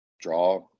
draw